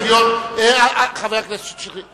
חבר הכנסת שטרית.